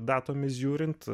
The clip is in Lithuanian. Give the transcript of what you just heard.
datomis žiūrint